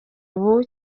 ubu